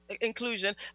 inclusion